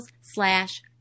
slash